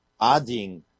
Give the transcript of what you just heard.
adding